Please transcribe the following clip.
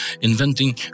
inventing